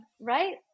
right